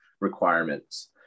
requirements